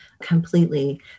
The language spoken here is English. completely